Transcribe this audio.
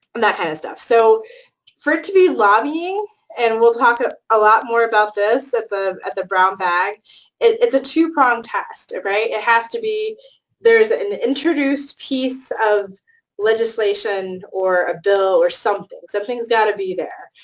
um that kind of stuff. so for it to be lobbying and we'll talk ah a lot more about this at the at the brown bag and it's a two-prong test, right? it has to be there's an introduced piece of legislation or a bill or something. something's got to be there,